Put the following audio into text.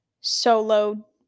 solo